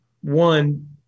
one